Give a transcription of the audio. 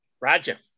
Roger